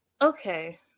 okay